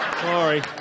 Sorry